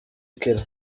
kelly